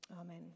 Amen